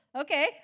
Okay